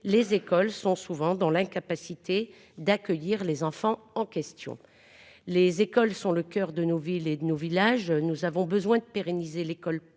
les écoles sont souvent dans l'incapacité d'accueillir les enfants en question. Les écoles sont le coeur de nos villes et nos villages, nous avons besoin de pérenniser l'école publique